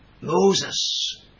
Moses